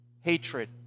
hatred